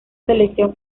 selección